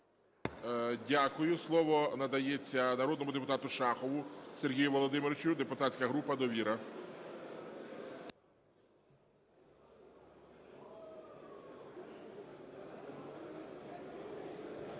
Дякую. Слово надається народному депутату Люшняку Миколі Володимировичу, депутатська група "Довіра",